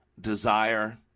desire